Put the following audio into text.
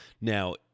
Now